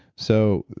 so,